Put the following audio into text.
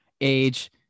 age